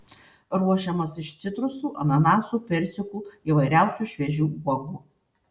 ruošiamas iš citrusų ananasų persikų įvairiausių šviežių uogų